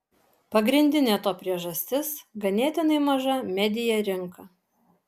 pagrindinė to priežastis ganėtinai maža media rinka